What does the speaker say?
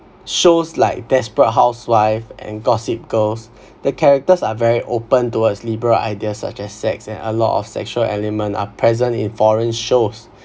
shows like desperate housewives and gossip girls the characters are very open towards liberal ideas such as sex and a lot of sexual element are present in foreign shows